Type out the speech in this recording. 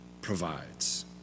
Provides